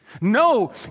No